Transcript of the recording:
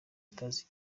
atazi